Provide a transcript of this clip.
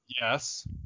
yes